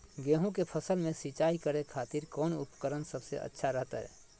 गेहूं के फसल में सिंचाई करे खातिर कौन उपकरण सबसे अच्छा रहतय?